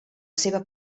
seva